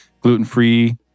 Gluten-free